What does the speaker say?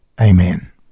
amen